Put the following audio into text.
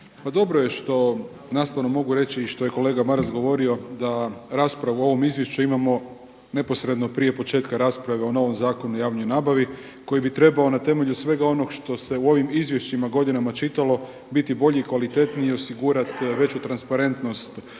dobro je što nastavno mogu reći i što je kolega Maras govorio da raspravu o ovom Izvješću imamo neposredno prije početku rasprave o novom Zakonu o javnoj nabavi koji bi trebao na temelju svega onoga što se u ovim Izvješćima godinama čitalo biti bolji i kvalitetniji i osigurati bolju transparentnost